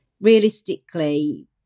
realistically